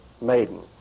maiden